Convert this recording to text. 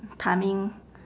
timing